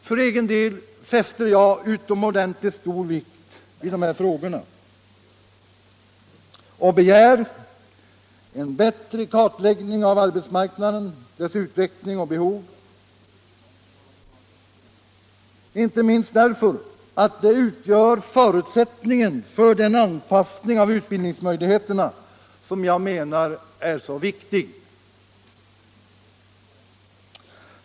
För egen del fäster jag utomordentligt stor vikt vid de här frågorna och begär en bättre kartläggning av arbetsmarknaden, dess utveckling och behov, inte minst därför att det utgör förutsättningen för den anpassning av utbildningsmöjligheterna som jag menar är så viktig.